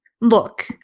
Look